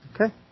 Okay